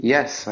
Yes